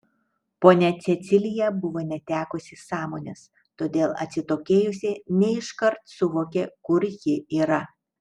ponia cecilija buvo netekusi sąmonės todėl atsitokėjusi ne iškart suvokė kur ji yra